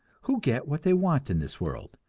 who get what they want in this world.